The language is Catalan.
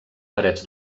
parets